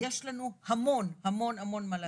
יש לנו המון המון מה לעשות.